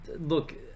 look